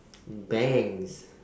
bangs